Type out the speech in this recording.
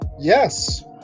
yes